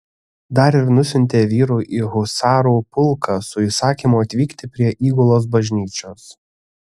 dar ir nusiuntė vyrų į husarų pulką su įsakymu atvykti prie įgulos bažnyčios